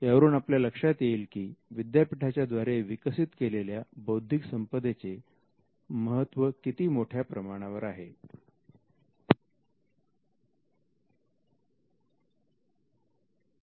यावरून आपल्या लक्षात येईल की विद्यापीठांच्या द्वारे विकसित केलेल्या बौध्दिक संपदेचे महत्व किती मोठ्या प्रमाणावर आहे